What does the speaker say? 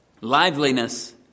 Liveliness